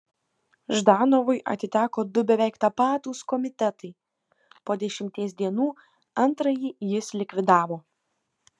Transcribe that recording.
ždanovui atiteko du beveik tapatūs komitetai po dešimties dienų antrąjį jis likvidavo